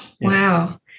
Wow